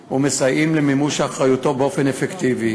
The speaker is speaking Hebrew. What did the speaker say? ואנחנו שואלים את עצמנו: למה רק הציבור החרדי מסתכלים עליו